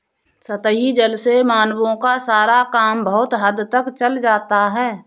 सतही जल से मानवों का सारा काम बहुत हद तक चल जाता है